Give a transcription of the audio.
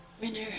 Winner